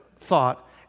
thought